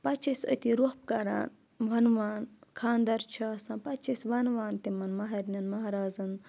پَتہٕ چھِ أسۍ أتی روٚپھ کَران وَنوان خاندَر چھُ آسان پَتہٕ چھِ أسۍ وَنوان تِمَن مَہرنِنَن مہرازَن